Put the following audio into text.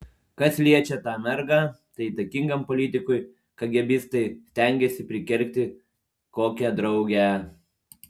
kas liečia tą mergą tai įtakingam politikui kagėbistai stengiasi prikergti kokią draugę